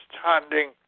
standing